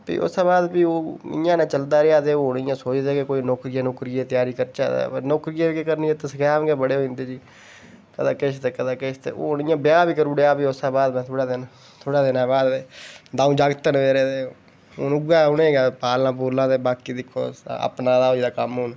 ते प्ही उसदे बाद ओह् इं'या गै चलदा रेहा ते होर सोचदे रेह् कोई नौकरियै दी त्यारी करचै ते नौकरी केह् करनी इत्थै स्कैम गै बड़े होई जंदे जी ते हून भी में ब्याह बी करी ओड़ेआ ते उसदे बाद थोह्ड़े दिनें दे बाद दौं जागत् न मेरे ते हून उ'नेंगी गै पालना ते अपना होई दा कम्म